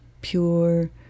Pure